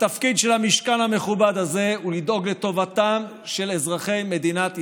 התפקיד של המשכן המכובד הזה הוא לדאוג לטובתם של אזרחי מדינת ישראל.